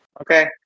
Okay